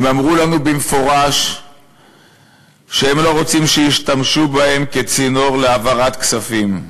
הם אמרו לנו במפורש שהם לא רוצים שישתמשו בהם כצינור להעברת כספים.